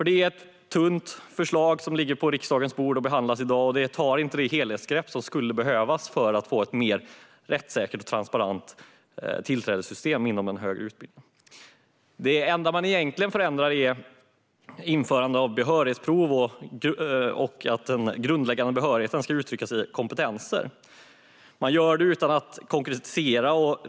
Det är ett tunt förslag som ligger på riksdagens bord och behandlas i dag, och det tar inte det helhetsgrepp som skulle behövas för att få ett mer rättssäkert och transparent tillträdessystem inom den högre utbildningen. Den enda förändringen är egentligen införandet av behörighetsprov och att den grundläggande behörigheten ska uttryckas i kompetenser. Man gör förändringen utan att konkretisera.